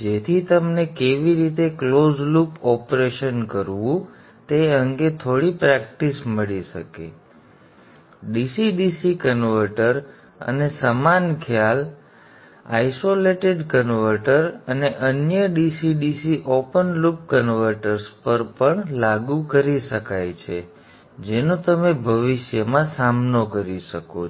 જેથી તમને કેવી રીતે ક્લોઝ લૂપ ઓપરેશન કરવું તે અંગે થોડી પ્રેક્ટિસ મળી શકે DC DC કન્વર્ટર અને સમાન ખ્યાલ સમાન ખ્યાલ આઇસોલેટેડ કન્વર્ટર અને અન્ય DC DC open loop converters પર પણ લાગુ કરી શકાય છે જેનો તમે ભવિષ્યમાં સામનો કરી શકો છો